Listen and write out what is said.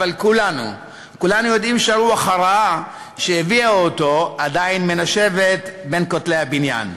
אבל כולנו יודעים שהרוח הרעה שהביאה אותו עדיין מנשבת בין כותלי הבניין.